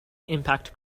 impact